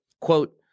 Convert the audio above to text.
Quote